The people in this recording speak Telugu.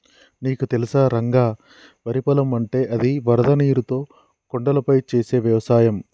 నీకు తెలుసా రంగ వరి పొలం అంటే అది వరద నీరుతో కొండలపై చేసే వ్యవసాయం